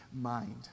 mind